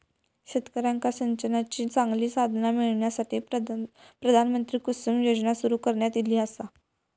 शेतकऱ्यांका सिंचनाची चांगली साधना मिळण्यासाठी, प्रधानमंत्री कुसुम योजना सुरू करण्यात ईली आसा